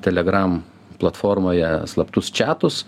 telegram platformoje slaptus čiatus